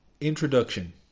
Introduction